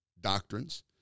doctrines